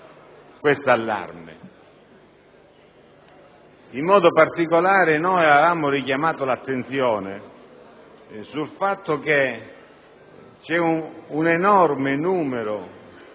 In modo particolare avevamo richiamato l'attenzione sul fatto che esiste un enorme numero